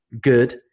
good